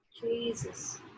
Jesus